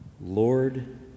Lord